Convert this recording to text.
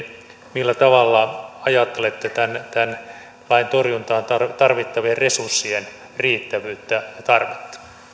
millä tavalla ajattelette tähän torjuntaan tarvittavien resurssien riittävyyttä ja tarvetta